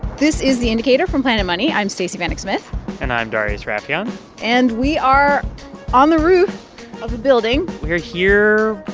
this is the indicator from planet money. i'm stacey vanek smith and i'm darius rafieyan and we are on the roof of a building we're here,